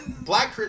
Black